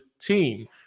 team